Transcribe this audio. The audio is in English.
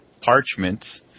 parchments